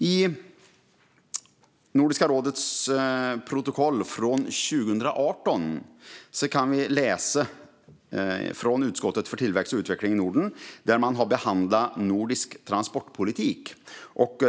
I Nordiska rådets protokoll från 2018 kan vi läsa vad som sägs från utskottet för tillväxt och utveckling i Norden, där man har behandlat nordisk transportpolitik.